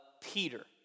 Peter